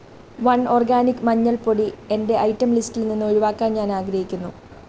one organic മഞ്ഞൾ പൊടി എന്റെ ഐറ്റം ലിസ്റ്റിൽ നിന്ന് ഒഴിവാക്കാൻ ഞാനാഗ്രഹിക്കുന്നു